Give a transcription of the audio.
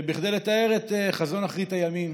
כדי לתאר את חזון אחרית הימים